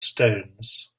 stones